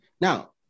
Now